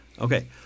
Okay